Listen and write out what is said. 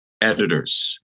editors